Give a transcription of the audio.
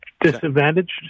disadvantaged